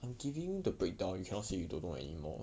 I'm giving you the breakdown you cannot say you don't know anymore